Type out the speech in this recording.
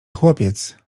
chłopiec